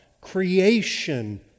creation